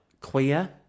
queer